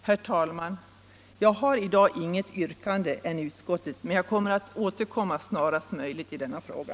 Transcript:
Herr talman! Jag har i dag inget annat yrkande än om bifall till utskottets hemställan, men jag skall återkomma snarast möjligt i denna fråga.